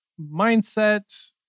mindset